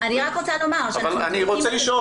אני רוצה ומר --- אני רוצה לשאול.